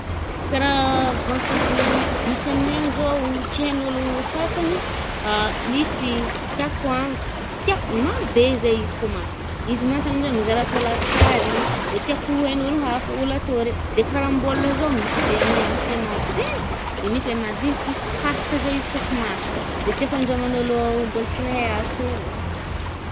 Kà raha voànkazo misy aminay agny zao oh, tsy hain’olo sasany, misy sakoagna, tiàko mamy be zay izy koà masaka. Izy manta aminje mizary atao lasary, mbô tiàko ho ain’olo hafa, olo atô regny. De karambôla zao, misy be amine, misy le maventy i, de misy le madigniky, hasika zay izy koà fa masaka. De tiàko andramagn’ôlo mbôla tsy nahe azy koà izy e.